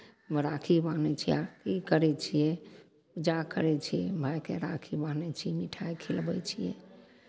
राखी बान्है छियै आरती करै छियै पूजा करै छियै भायकेँ राखी बान्है छियै मिठाइ खिलबै छियै